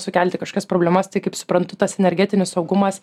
sukelti kažkokias problemas tai kaip suprantu tas energetinis saugumas